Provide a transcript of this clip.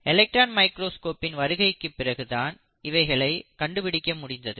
electron மைக்ரோஸ்கோப்பின் வருகைக்குப் பிறகு தான் இவைகளை கண்டுபிடிக்க முடிந்தது